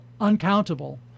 uncountable